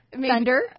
Thunder